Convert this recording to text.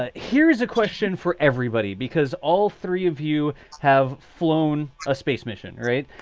ah here's a question for everybody, because all three of you have flown a space mission. right?